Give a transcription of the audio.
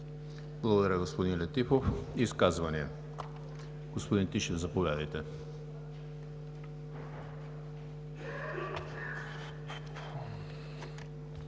Благодаря Ви, господин Летифов. Изказвания? Господин Тишев, заповядайте.